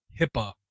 hipaa